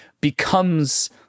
becomes